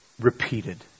repeated